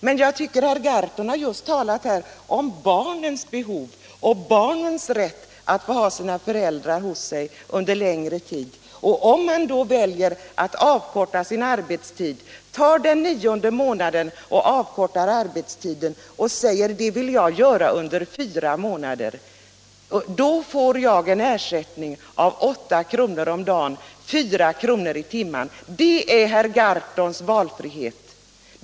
Men herr Gahrton har just talat om barnens behov och barnens rätt att ha sina föräldrar hos sig under en längre tid. Om man då väljer att avkorta sin arbetstid under en fyramånadersperiod, får man en ersättning av 8 kr. om dagen eller 4 kr. i timmen. Det är herr Gahrtons valfrihet.